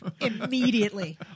immediately